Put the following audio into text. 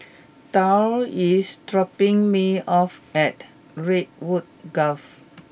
Dorr is dropping me off at Redwood Grove